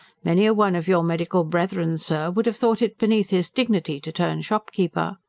many a one of your medical brethren, sir, would have thought it beneath his dignity to turn shopkeeper.